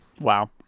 Wow